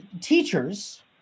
teachers